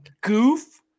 goof